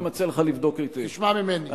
תשמע ממני.